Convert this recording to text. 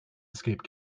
escape